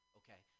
okay